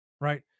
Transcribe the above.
right